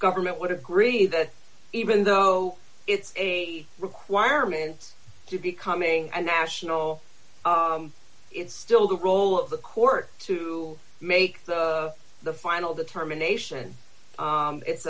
government would agree that even though it's a requirements to becoming a national it's still the role of the court to make the final determination it's